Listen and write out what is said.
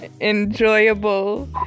Enjoyable